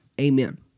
Amen